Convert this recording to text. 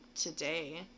today